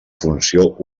funció